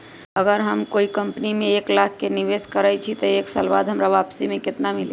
अगर हम कोई कंपनी में एक लाख के निवेस करईछी त एक साल बाद हमरा वापसी में केतना मिली?